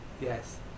Yes